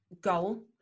goal